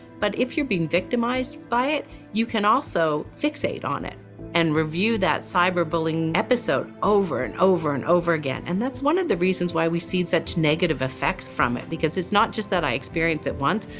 but if you're being victimized by it, you can also fixate on it and review that cyberbullying episode over, and over, and over again. and that's one of the reasons why we see such negative effects from it, because it's not just that i experience it once,